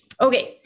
Okay